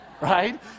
Right